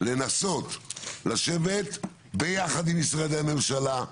לנסות לשבת ביחד עם משרדי הממשלה,